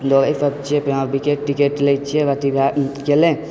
इएह सब छै विकेट तिकेट लैत छियै अथी के ले